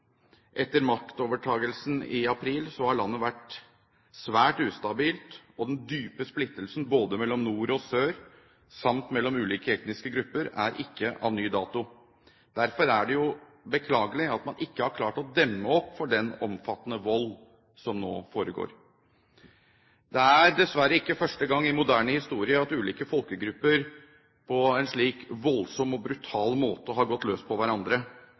Etter maktovertakelsen i april har landet vært svært ustabilt, og den dype splittelsen, både mellom nord og sør og mellom ulike etniske grupper, er ikke av ny dato. Derfor er det jo beklagelig at man ikke har klart å demme opp for den omfattende vold som nå foregår. Det er dessverre ikke første gang i moderne historie at ulike folkegrupper på en slik voldsom og brutal måte har gått løs på hverandre,